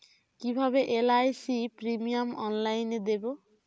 কিভাবে LIC premium অনলাইনে দেবো?